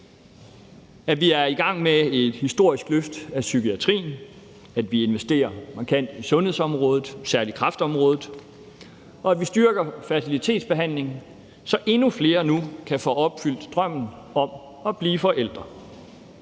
Vi er i gang med et historisk løft af psykiatrien. Vi investerer markant i sundhedsområdet, særlig kræftområdet. Vi styrker fertilitetsbehandlingen, så endnu flere nu kan få opfyldt drømmen om at blive forældre.